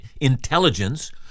intelligence